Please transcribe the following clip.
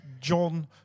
John